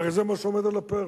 הרי זה מה שעומד על הפרק.